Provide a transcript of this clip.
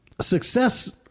success